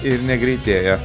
ir negreitėja